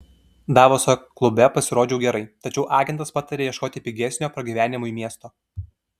davoso klube pasirodžiau gerai tačiau agentas patarė ieškoti pigesnio pragyvenimui miesto